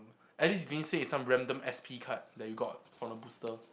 at least you didn't say it's some random S_P card that you got from a booster